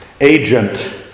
agent